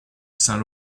saint